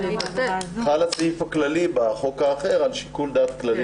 חל הסעיף הכללי בחוק האחר על שיקול דעת כללי